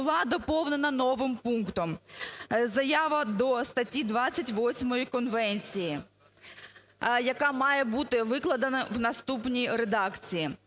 була доповнена новим пунктом. Заява до статті 28 Конвенції, яка має бути викладена в наступній редакції: